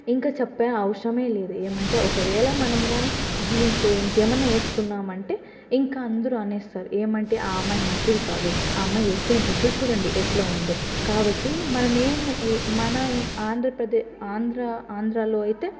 ఇంకా చెప్పే అవసరమే లేదు ఏమంటే ఒకవేళ మనం గాని జీన్సో ఇంకేమన్నా వేసుకున్నామంటే ఇంక అందరు అనేస్తారు ఏమంటే ఆ అమ్మాయి మంచిది కాదు ఆ అమ్మాయి వేసుకొనే బట్టలు చూడండి ఎట్లా ఉందో కాబట్టి మనమే మన అంద్రప్రదే ఆంధ్ర ఆంధ్రలో అయితే